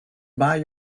buy